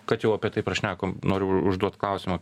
kad jau apie tai prašnekom noriu užduot klausimą